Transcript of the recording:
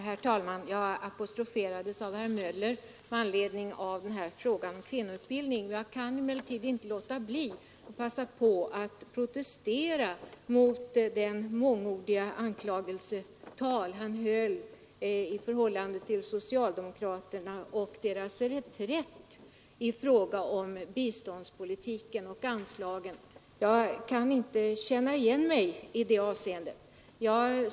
Herr talman! Jag apostroferades av herr Möller med anledning av frågan om kvinnoutbildning, men jag kan inte låta bli att passa på att protestera mot det mångordiga anklagelsetal han höll om socialdemokraternas reträtt i fråga om anslagen till biståndspolitiken. Jag kan inte känna igen mig i det avseendet.